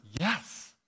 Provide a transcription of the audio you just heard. yes